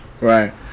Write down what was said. Right